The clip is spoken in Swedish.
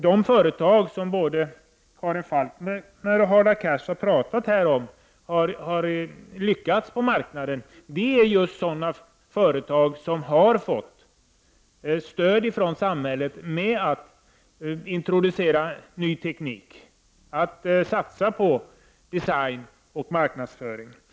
De företag som både Karin Falkmer och Hadar Cars har pratat om har lyckats på marknaden är just sådana företag som har fått stöd från samhället för att introducera ny teknik och satsa på design och marknadsföring.